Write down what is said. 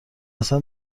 اصلا